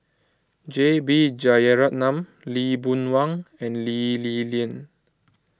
J B Jeyaretnam Lee Boon Wang and Lee Li Lian